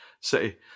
city